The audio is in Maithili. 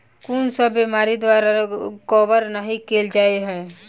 कुन सब बीमारि द्वारा कवर नहि केल जाय है?